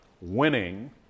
winning